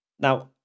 Now